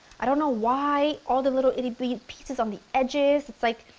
i don't know why all the little itty bitty pieces on the edges, it's like,